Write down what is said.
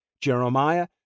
Jeremiah